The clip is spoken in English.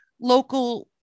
local